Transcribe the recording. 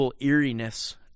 eeriness